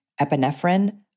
epinephrine